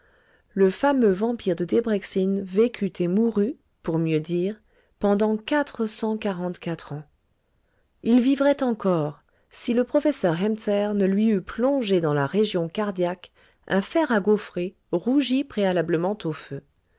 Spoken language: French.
le fameux vampire de debreckzin vécut et mourut pour mieux dire pendant quatre cent quarante quatre ans il vivrait encore si le professeur hemzer ne lui eût plongé dans la région cardiaque un fer à gaufrer rougi préalablement au feu